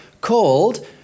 called